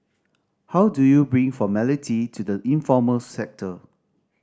how do you bring formality to the informal sector